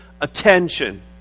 attention